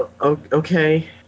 Okay